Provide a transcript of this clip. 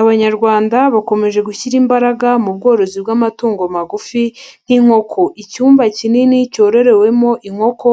Abanyarwanda bakomeje gushyira imbaraga mu bworozi bw'amatungo magufi nk'inkoko. Icyumba kinini cyororewemo inkoko,